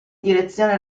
direzione